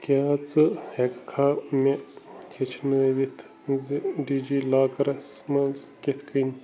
کیٛاہ ژٕ ہیٚکہِ کھا مےٚ ہیٚچھنٲیِتھ زٕ ڈی جی لاکرس منٛز کِتھ کٔنۍ